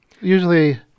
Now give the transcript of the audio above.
Usually